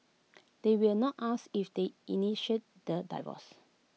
they will not asked if they initiated the divorce